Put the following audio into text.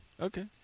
Okay